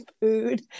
food